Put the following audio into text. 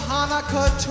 Hanukkah